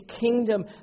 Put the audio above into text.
kingdom